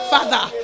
Father